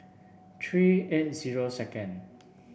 three eight zero second